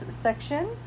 section